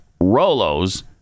Rolo's